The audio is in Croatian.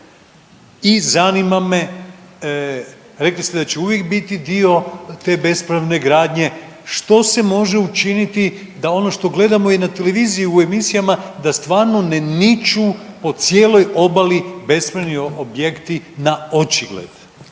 I zanima me, rekli ste da će uvijek biti dio te bespravne gradnje, što se može učiniti da ono što gledamo i na televiziji i u emisijama da stvarno ne niču po cijeloj obali bespravni objekti na očigled?